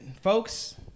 folks